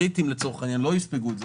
הריטים לא יספגו את זה,